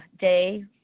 day